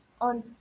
on